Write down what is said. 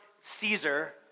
Caesar